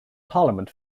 parliament